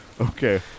Okay